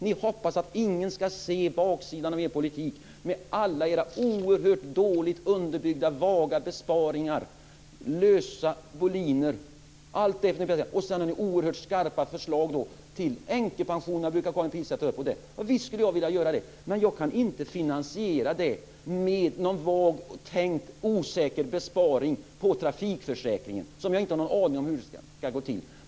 Ni hoppas att ingen ska se baksidan av er politik, med alla era oerhört dåligt underbyggda, vaga besparingar på lösa boliner. Sedan har ni oerhört skarpa förslag om att återinföra änkepensionerna, som Karin Pilsäter tar upp. Visst skulle jag också vilja göra det, men jag kan inte finansiera det med någon vagt tänkt, osäker besparing på trafikförsäkringen, som jag inte har någon aning om hur den ska gå till.